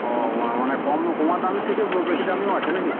ও মা মানে কম কমা দামি থেকে ব বেশি দামিও আছো নাকি